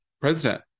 president